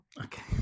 Okay